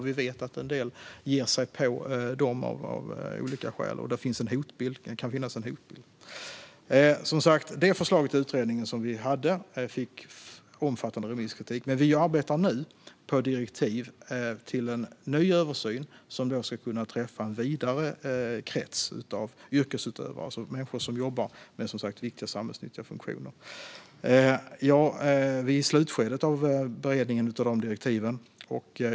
Vi vet att en del ger sig på dem av olika skäl och att det kan finnas en hotbild. Som sagt: Det förslaget i utredningen fick omfattande remisskritik, men vi arbetar nu på direktiv till en ny översyn för att man ska kunna träffa en vidare krets av yrkesutövare som jobbar med viktiga samhällsnyttiga funktioner. Vi är i slutskedet av beredningen av de direktiven.